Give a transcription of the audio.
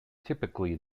typically